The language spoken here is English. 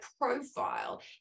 profile